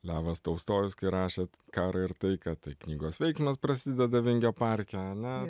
levas tolstojus kai rašė karą ir taiką tai knygos veiksmas prasideda vingio parke ane